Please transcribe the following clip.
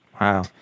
Wow